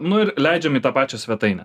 nu ir leidžiam į tą pačią svetainę